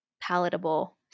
palatable